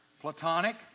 platonic